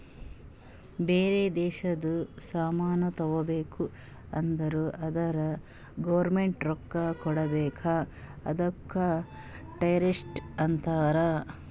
ಬೇರೆ ದೇಶದು ಸಾಮಾನ್ ತಗೋಬೇಕು ಅಂದುರ್ ಅದುರ್ ಗೌರ್ಮೆಂಟ್ಗ ರೊಕ್ಕಾ ಕೊಡ್ಬೇಕ ಅದುಕ್ಕ ಟೆರಿಫ್ಸ್ ಅಂತಾರ